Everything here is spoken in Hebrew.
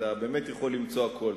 אתה באמת יכול למצוא הכול.